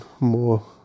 more